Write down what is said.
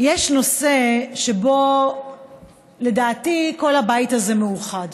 נושא שבו לדעתי כל הבית הזה מאוחד,